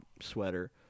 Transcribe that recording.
sweater